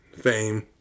fame